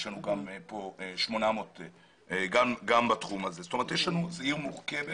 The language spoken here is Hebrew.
יש לנו 800. זאת אומרת, זאת עיר מורכבת